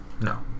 No